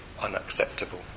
unacceptable